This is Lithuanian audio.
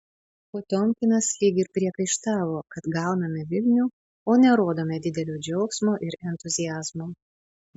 potiomkinas lyg ir priekaištavo kad gauname vilnių o nerodome didelio džiaugsmo ir entuziazmo